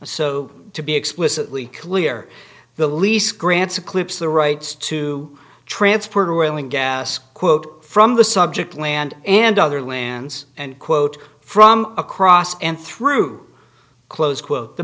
so to be explicitly clear the lease grants eclipse the rights to transport ruling gas quote from the subject land and other lands and quote from across and through close quote the